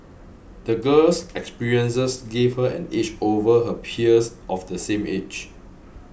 the girl's experiences gave her an edge over her peers of the same age